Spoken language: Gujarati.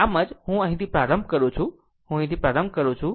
આમ જ હું અહીંથી પ્રારંભ કરું છું હું અહીંથી પ્રારંભ કરું છું